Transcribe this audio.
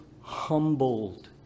humbled